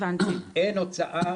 אין הוצאה.